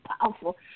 powerful